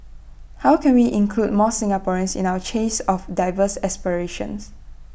how can we include more Singaporeans in our chase of diverse aspirations